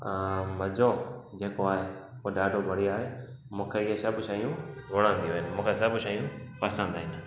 मज़ो जेको आहे हू ॾाढो बढ़िया आहे मूंखे ईअं सभ शयूं वणंदियूं आहिनि मूंखे सभ शयूं पसंदि आहिनि